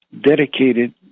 dedicated